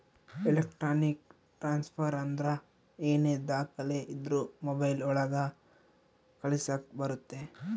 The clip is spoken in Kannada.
ಎಲೆಕ್ಟ್ರಾನಿಕ್ ಟ್ರಾನ್ಸ್ಫರ್ ಅಂದ್ರ ಏನೇ ದಾಖಲೆ ಇದ್ರೂ ಮೊಬೈಲ್ ಒಳಗ ಕಳಿಸಕ್ ಬರುತ್ತೆ